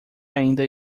ainda